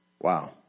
Wow